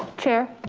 chair,